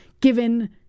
given